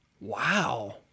Wow